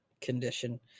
condition